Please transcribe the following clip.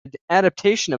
adaptation